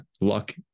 luck